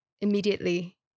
immediately